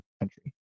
country